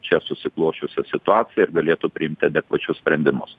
čia susiklosčiusią situaciją ir galėtų priimti adekvačius sprendimus